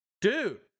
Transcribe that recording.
dude